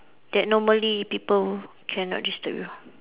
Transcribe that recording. that normally people cannot disturb you